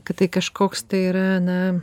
kad tai kažkoks tai yra na